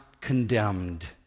condemned